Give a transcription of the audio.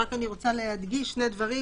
רק אני רוצה להדגיש שני דברים,